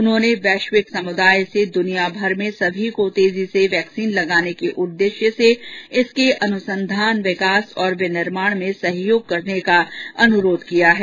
उन्होंने वैश्विक समुदाय से दुनियाभर में सभी को तेजी से वैक्सीन लगाने के उद्देश्य से इसके अनुसंधान विकास और विनिर्माण में सहयोग करने का अनुरोध किया है